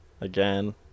Again